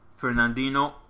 Fernandino